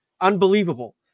Unbelievable